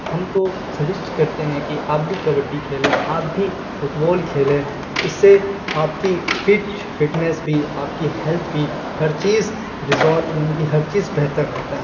ہم تو سجیسٹ کرتے ہیں کہ آپ بھی کبڈی کھیلیں آپ بھی فٹبال کھیلیں اس سے آپ کی فٹ فٹنیس بھی آپ کی ہیلتھ بھی ہر چیز ریزولو یعنی کہ ہر چیز بہتر رہتا ہے